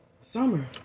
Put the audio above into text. summer